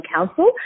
Council